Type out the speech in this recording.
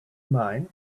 mine